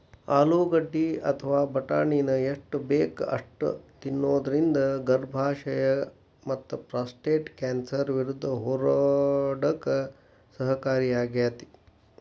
ಆಲೂಗಡ್ಡಿ ಅಥವಾ ಬಟಾಟಿನ ಎಷ್ಟ ಬೇಕ ಅಷ್ಟ ತಿನ್ನೋದರಿಂದ ಗರ್ಭಾಶಯ ಮತ್ತಪ್ರಾಸ್ಟೇಟ್ ಕ್ಯಾನ್ಸರ್ ವಿರುದ್ಧ ಹೋರಾಡಕ ಸಹಕಾರಿಯಾಗ್ಯಾತಿ